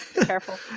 Careful